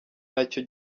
nacyo